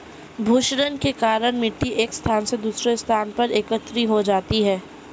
भूक्षरण के कारण मिटटी एक स्थान से दूसरे स्थान पर एकत्रित हो जाती है